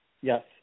Yes